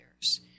years